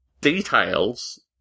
details